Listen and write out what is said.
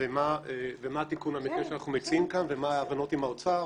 ומה התיקון שאנחנו מציעים כאן ומה ההבנות עם האוצר,